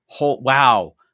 Wow